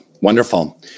Wonderful